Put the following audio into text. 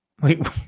Wait